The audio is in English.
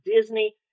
Disney